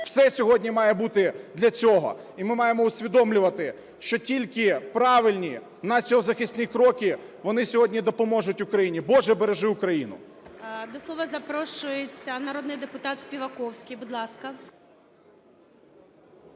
все сьогодні має бути для цього. І ми маємо усвідомлювати, що тільки правильні націозахисні кроки вони сьогодні допоможуть Україні. Боже, бережи Україну! ГОЛОВУЮЧИЙ. До слова запрошується народний депутат Співаковський. Будь ласка.